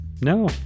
No